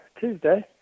tuesday